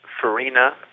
farina